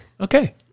okay